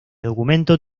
documento